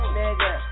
nigga